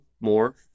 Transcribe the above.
more